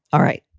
all right.